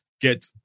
get